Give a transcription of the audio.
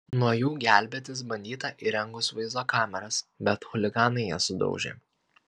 nuo jų gelbėtis bandyta įrengus vaizdo kameras bet chuliganai jas sudaužė